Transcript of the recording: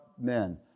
men